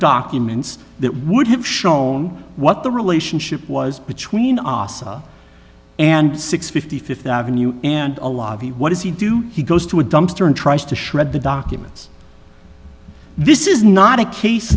documents that would have shown what the relationship was between asa and six fifty fifth avenue and a lot of what does he do he goes to a dumpster and tries to shred the documents this is not a case